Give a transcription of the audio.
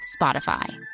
Spotify